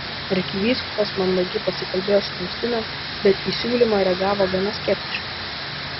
arkivyskupas mandagiai pasikalbėjo su faustina bet į siūlymą reagavo gana skeptiškai